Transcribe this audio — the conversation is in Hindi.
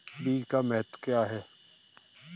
बीज का महत्व क्या है?